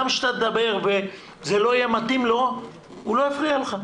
גם כשאתה תדבר וזה לא יתאים לו, הוא לא יפריע לך.